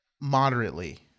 moderately